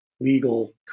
legal